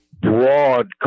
broad